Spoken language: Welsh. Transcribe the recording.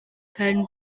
pen